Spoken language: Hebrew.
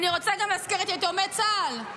אני רוצה להזכיר גם את יתומי צה"ל,